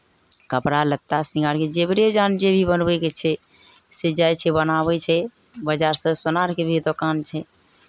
कपड़ा लत्ता सिङ्गारके जेवरे जहान जे भी बनबैके छै से जाइ छै बनाबै छै बाजारसँ सोनारके भी दोकान छै